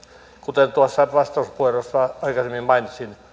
kuten vastauspuheenvuorossa aikaisemmin mainitsin